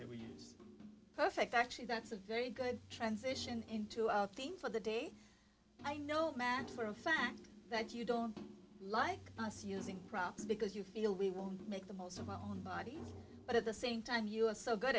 s perfect actually that's a very good transition into our theme for the day i know max for a fact that you don't like us using props because you feel we won't make the most of our own bodies but at the same time you are so good